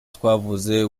twavuze